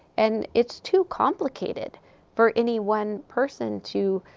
and it's too complicated for any one person to,